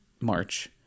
March